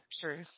true